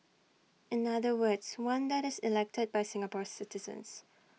in other words one that is elected by Singapore citizens